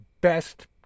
best